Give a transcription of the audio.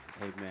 amen